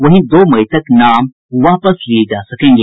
वहीं दो मई तक नाम वापस लिये जा सकेंगे